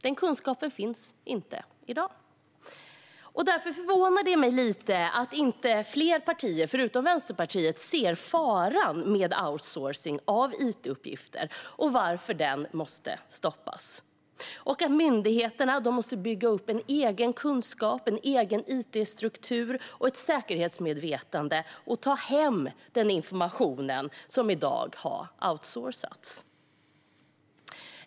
Denna kunskap finns inte i dag. Därför förvånar det mig lite att inte fler partier än Vänsterpartiet ser faran med outsourcing av it-uppgifter och att de inte förstår varför detta måste stoppas. Myndigheterna måste bygga upp en egen kunskap, en egen it-struktur och ett säkerhetsmedvetande. De måste ta hem den information som i dag har outsourcats.